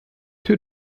two